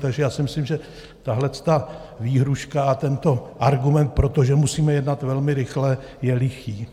Takže já si myslím, že tahle výhrůžka a tento argument pro to, že musíme jednat velmi rychle, je lichý.